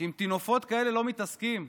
שעם טינופות כאלה לא מתעסקים,